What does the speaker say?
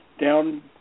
down